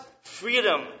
freedom